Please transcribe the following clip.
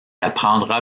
apprendra